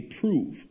prove